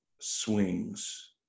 swings